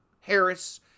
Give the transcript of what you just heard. Harris